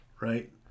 right